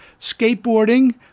skateboarding